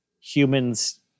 humans